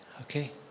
Okay